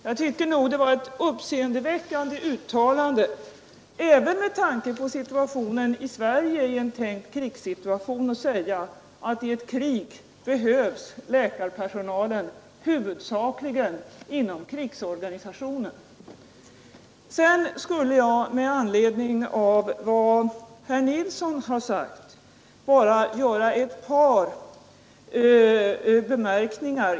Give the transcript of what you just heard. Jag tycker nog att det var ett uppseendeväckande uttalande även med tanke på situationen i Sverige i en tänkt krigssituation att säga att i ett krig behövs läkarpersonalen huvudsakligen inom krigsorganisationen. Sedan vill jag med anledning av vad herr Nilsson i Stockholm har sagt bara göra ett par noteringar.